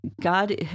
God